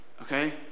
Okay